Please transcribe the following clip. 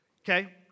okay